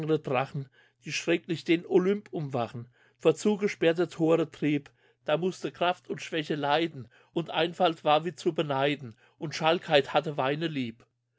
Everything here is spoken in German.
die schrecklich den olymp umwachen vor zugesperrte thore trieb da musste kraft und schwäche leiden und einfalt war wie zu beneiden und schalkheit hatte weine lieb